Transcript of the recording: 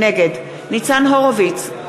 נגד ניצן הורוביץ,